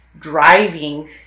driving